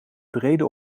brede